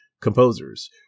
composers